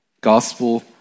gospel